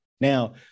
Now